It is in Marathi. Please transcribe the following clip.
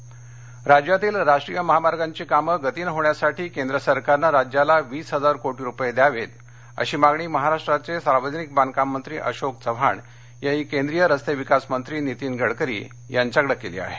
महामार्ग नांदेड राज्यातील राष्ट्रीय महामार्गाची कामं गतीनं होण्यासाठी केंद्र सरकारनं राज्याला वीस हजार कोटी रुपये द्यावे अशी मागणी महाराष्ट्राचे सार्वजनिक बांधकाम मंत्री अशोक चव्हाण यांनी केंद्रीय रस्ते विकास मंत्री नीतीन गडकरी यांच्याकडे केली आहे